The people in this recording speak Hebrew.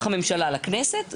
הממשלה לכנסת.